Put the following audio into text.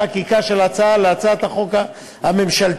חבר הכנסת שמולי מבקש להתנגד.